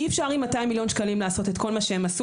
אי-אפשר עם 200 מיליון שקלים לעשות את כל מה שהם עשו,